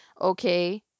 okay